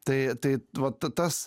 tai tai vat tas